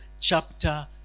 chapter